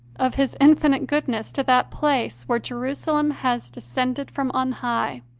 of his infinite goodness, to that place where jerusalem has descended from on high,